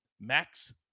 Max